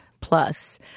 Plus